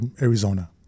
Arizona